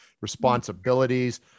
responsibilities